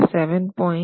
7